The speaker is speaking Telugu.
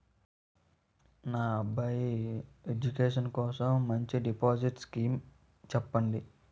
నా అబ్బాయి ఎడ్యుకేషన్ కోసం మంచి డిపాజిట్ స్కీం చెప్పండి